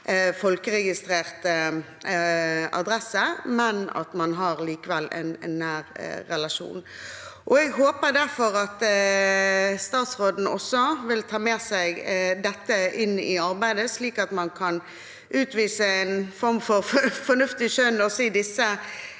folkeregistrert adresse, men har likevel en nær relasjon. Jeg håper derfor at statsråden vil ta med seg dette inn i arbeidet, slik at man kan utvise en form for fornuftig skjønn i disse